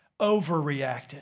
overreacted